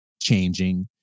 changing